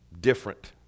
different